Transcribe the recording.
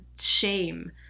shame